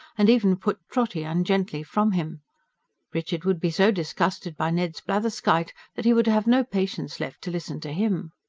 and even put trotty ungently from him richard would be so disgusted by ned's blatherskite that he would have no patience left to listen to him.